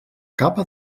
capa